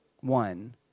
one